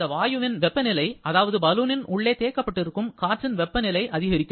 அந்த வாயுவின் வெப்பநிலை அதாவது பலூனின் உள்ளே தேக்கப்பட்டிருக்கும் காற்றின் வெப்பநிலை அதிகரிக்கும்